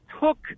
took